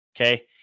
Okay